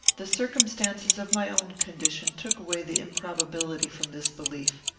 the circumstances of my own condition took away the improbability from this belief.